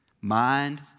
Mind